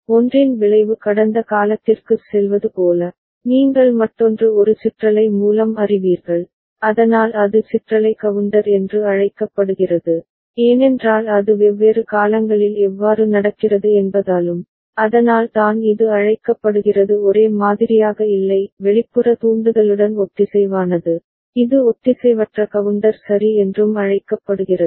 ஒன்றின் விளைவு கடந்த காலத்திற்குச் செல்வது போல நீங்கள் மற்றொன்று ஒரு சிற்றலை மூலம் அறிவீர்கள் அதனால் அது சிற்றலை கவுண்டர் என்று அழைக்கப்படுகிறது ஏனென்றால் அது வெவ்வேறு காலங்களில் எவ்வாறு நடக்கிறது என்பதாலும் அதனால் தான் இது அழைக்கப்படுகிறது ஒரே மாதிரியாக இல்லை வெளிப்புற தூண்டுதலுடன் ஒத்திசைவானது இது ஒத்திசைவற்ற கவுண்டர் சரி என்றும் அழைக்கப்படுகிறது